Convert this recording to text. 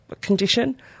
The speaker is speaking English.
condition